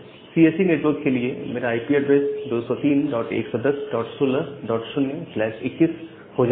CSE network के लिए मेरा आईपी एड्रेस 20311016021 हो जाता है